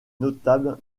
notables